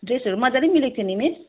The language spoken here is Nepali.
ड्रेसहरू मज्जाले मिलेको थियो नि मिस